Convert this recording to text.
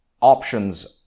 options